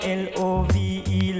love